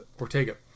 ortega